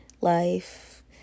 life